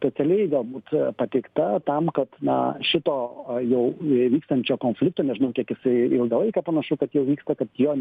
specialiai galbūt pateikta tam kad na šito jau vykstančio konflikto nežinau kiek jisai ilgą laiką panašu kad jau vyksta kad jo